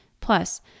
Plus